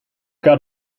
got